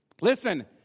Listen